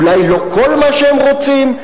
אולי לא כל מה שהם רוצים,